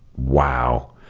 wow!